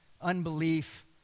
unbelief